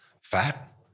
fat